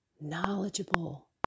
knowledgeable